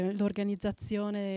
l'organizzazione